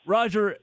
Roger